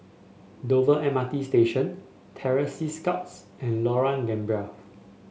Dover M R T Station Terror Sea Scouts and Lorong Gambir